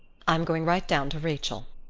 i'm going right down to rachel.